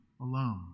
alone